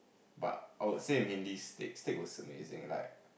but I would say mainly steaks steak was amazing like